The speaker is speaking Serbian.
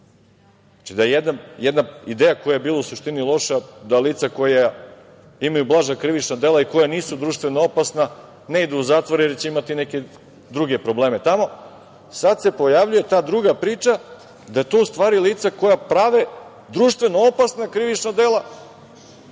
meru. Znači, da je jedna ideja koja je bila u suštini loša, da lica koja imaju blaža krivična dela i koja nisu društveno opasno ne idu u zatvor, jer će imati neke druge probleme tamo, sad se pojavljuje ta druga priča da to, u stvari lica koja prave društveno opasna krivična dela,